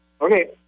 Okay